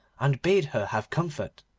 and bade her have comfort.